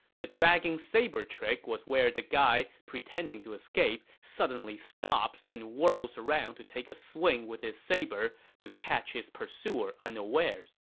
the dragging saber trick was where the guy pretending to escape suddenly stops and whirls around to take a swing with his saber to catch his pursuer unawares.